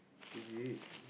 is it